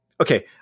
Okay